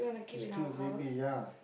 you still baby ya